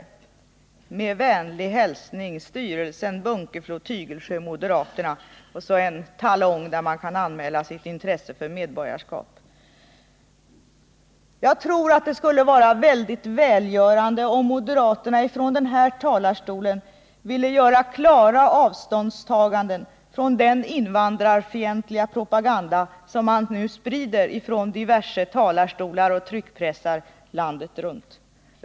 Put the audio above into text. Med vänliga hälsningar Och så kommer en talong där man kan anmäla sitt intresse för medlemskap. Jag tror att det skulle vara väldigt välgörande om moderaterna från den här talarstolen ville göra klara avståndstaganden från den invandrarfientliga propaganda som man nu sprider från diverse talarstolar och tryckpressar landet runt.